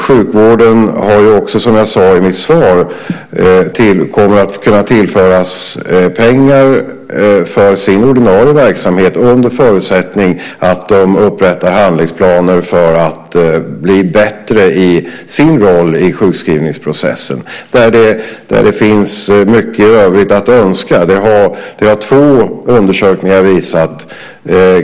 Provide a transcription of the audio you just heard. Som jag sade i mitt svar kommer sjukvården också att kunna tillföras pengar för sin ordinarie verksamhet under förutsättning att de upprättar handlingsplaner för att bli bättre i sin roll i sjukskrivningsprocessen. Där finns det mycket övrigt att önska. Det har två undersökningar visat.